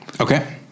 okay